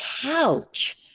couch